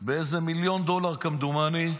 באיזה מיליון דולר, כמדומני.